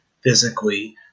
physically